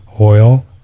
oil